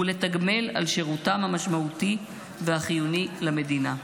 ולתגמלם על שירותם המשמעותי והחיוני למדינה.